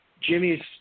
Jimmy's